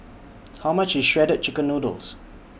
How much IS Shredded Chicken Noodles